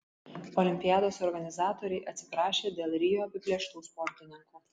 olimpiados organizatoriai atsiprašė dėl rio apiplėštų sportininkų